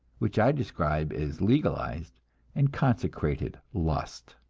which i describe as legalized and consecrated lust.